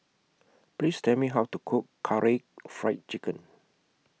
Please Tell Me How to Cook Karaage Fried Chicken